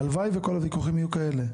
הלוואי וכל הוויכוחים יהיו כאלה.